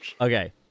Okay